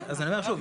אז אני אומר שוב,